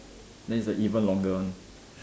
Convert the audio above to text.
then it's the even longer one